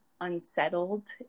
unsettled